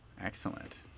Excellent